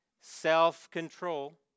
Self-control